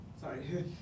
Sorry